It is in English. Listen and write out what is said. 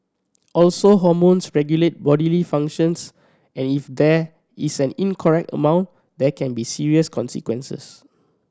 also hormones regulate bodily functions and if there is an incorrect amount there can be serious consequences